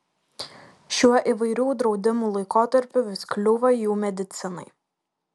šiuo įvairių draudimų laikotarpiu vis kliūva jų medicinai